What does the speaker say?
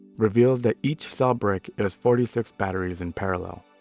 reveals that each cell brick is forty six batteries in parallel,